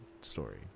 story